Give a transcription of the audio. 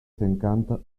cinquante